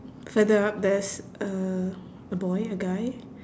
further up there's uh a boy a guy